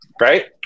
right